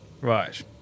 Right